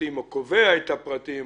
בהתקדמות,